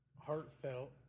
heartfelt